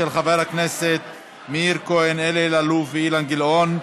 של חברי הכנסת מאיר כהן, אלי אלאלוף ואילן גילאון.